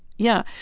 yeah.